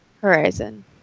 Horizon